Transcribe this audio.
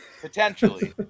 Potentially